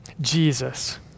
Jesus